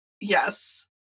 yes